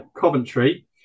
Coventry